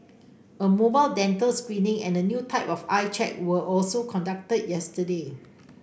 a mobile dental screening and a new type of eye check were also conducted yesterday